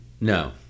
No